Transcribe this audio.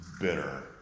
bitter